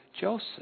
Joseph